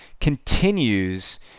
continues